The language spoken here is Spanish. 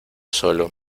solo